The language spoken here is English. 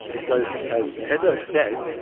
because, as heather said,